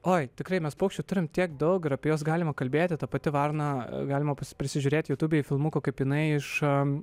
oi tikrai mes paukščių turim tiek daug ir apie juos galim kalbėti ta pati varna galima prisižiūrėti jutubėj filmukų kaip jinai iš